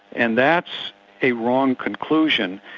and that's a wrong conclusion,